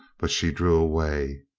but she drew away.